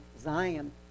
Zion